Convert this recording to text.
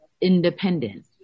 Independent